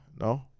no